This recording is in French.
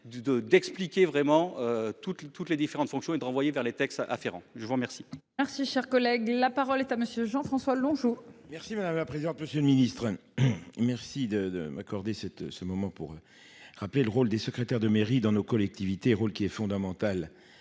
d'expliquer vraiment toutes les toutes les différentes fonctions et de renvoyer vers les textes Ferrand, je vous remercie. Merci, cher collègue, la parole est à monsieur Jean-François Longeot. Merci madame la présidente, monsieur le ministre. Merci de m'accorder cette ce moment pour. Rappeler le rôle des secrétaires de mairie dans nos collectivités rôle qui est fondamental.